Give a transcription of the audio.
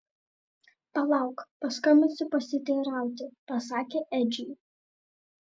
palauk paskambinsiu pasiteirauti pasakė edžiui